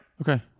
Okay